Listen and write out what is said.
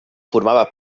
formava